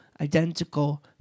identical